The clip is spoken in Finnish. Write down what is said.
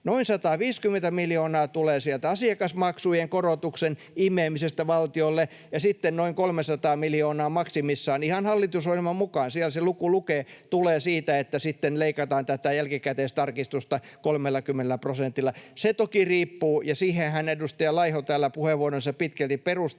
Noin 150 miljoonaa tulee sieltä asiakasmaksujen korotuksen imemisestä valtiolle, ja sitten noin 300 miljoonaa maksimissaan ihan hallitusohjelman mukaan — siellä se luku lukee — tulee siitä, että sitten leikataan tätä jälkikäteistarkistusta 30 prosentilla. Se toki riippuu siitä — ja siihenhän edustaja Laiho täällä puheenvuoronsa pitkälti perusti